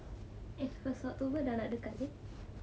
eh first october dah lah dekat eh